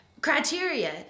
criteria